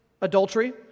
adultery